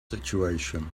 situation